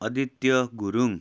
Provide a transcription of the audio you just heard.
Aditya Gurung